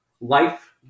life